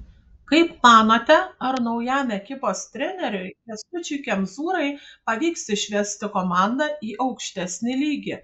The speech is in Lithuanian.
kaip manote ar naujam ekipos treneriui kęstučiui kemzūrai pavyks išvesti komandą į aukštesnį lygį